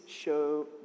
show